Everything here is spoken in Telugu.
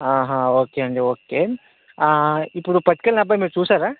అహ ఓకే అండీ ఓకే ఇప్పుడు పట్టికెళ్ళిన అబ్బాయి మీరు చూసారా